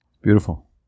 Beautiful